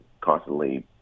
constantly